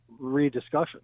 rediscussion